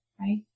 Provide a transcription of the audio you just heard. right